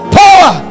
power